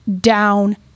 down